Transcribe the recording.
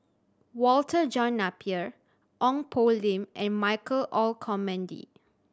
Walter John Napier Ong Poh Lim and Michael Olcomendy